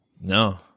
No